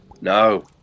No